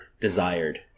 desired